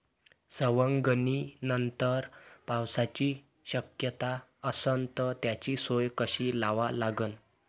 सवंगनीनंतर पावसाची शक्यता असन त त्याची सोय कशी लावा लागन?